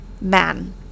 Man